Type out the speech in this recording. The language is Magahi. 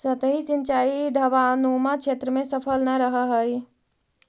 सतही सिंचाई ढवाऊनुमा क्षेत्र में सफल न रहऽ हइ